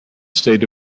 state